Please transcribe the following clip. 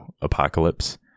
Apocalypse